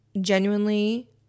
genuinely